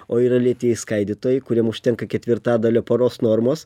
o yra lėtieji skaidytojai kuriem užtenka ketvirtadalio paros normos